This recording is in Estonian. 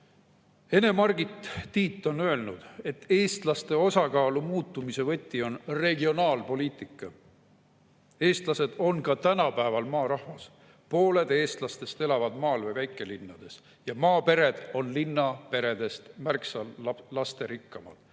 Ene-Margit Tiit on öelnud, et eestlaste osakaalu muutumise võti on regionaalpoliitika. Eestlased on ka tänapäeval maarahvas. Pooled eestlastest elavad maal või väikelinnades ja maapered on linnaperedest märksa lasterikkamad.